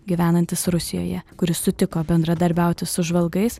gyvenantis rusijoje kuris sutiko bendradarbiauti su žvalgais